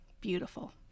Beautiful